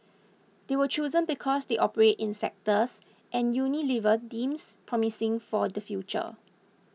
they were chosen because they operate in sectors and Unilever deems promising for the future